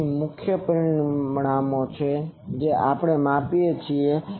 તેથી આ મુખ્ય પરિમાણો છે જેને આપણે માપીએ છીએ